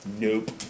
Nope